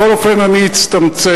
בכל אופן, אני אצטמצם.